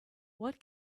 what